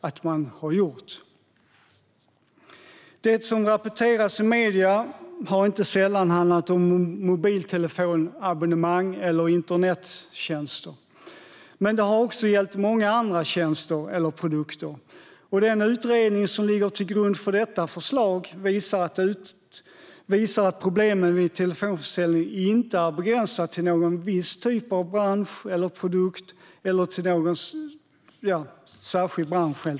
Det som har rapporterats i medier har inte sällan handlat om mobiltelefonabonnemang eller internettjänster, men det har också gällt många andra tjänster eller produkter. Den utredning som ligger till grund för detta förslag visar att problemen vid telefonförsäljning inte är begränsade till någon viss typ av produkt eller någon särskild bransch.